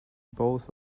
both